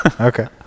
Okay